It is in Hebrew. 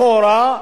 לכאורה,